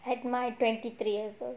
at my twenty three years old